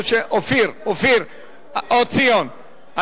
אופיר, או ציון.